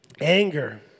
Anger